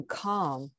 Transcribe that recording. calm